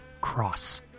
Cross